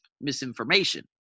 misinformation